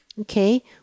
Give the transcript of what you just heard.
Okay